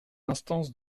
instances